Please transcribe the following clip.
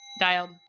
dialed